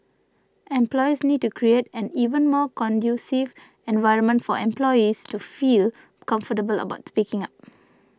employers need to create an even more conducive environment for employees to feel comfortable about speaking up